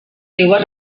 seues